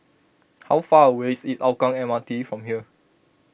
how far away is Hougang M R T from here